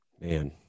Man